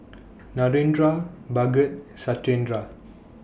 Narendra Bhagat Satyendra